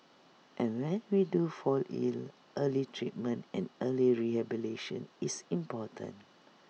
and when we do fall ill early treatment and early rehabilitation is important